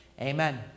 Amen